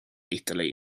italy